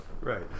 Right